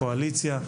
קואליציה.